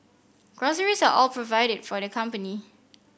groceries are all provided for the company